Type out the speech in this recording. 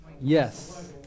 Yes